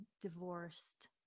divorced